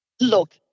Look